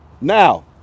Now